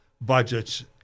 budgets